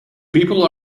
people